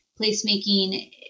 placemaking